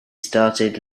started